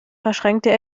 verschränkte